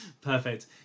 Perfect